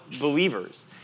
believers